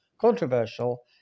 controversial